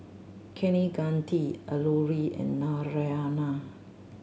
Kaneganti Alluri and Naraina